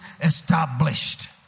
established